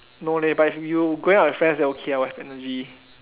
no leh but if you going out with friends then okay